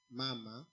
mama